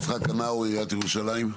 יצחק הנאו עיריית ירושלים.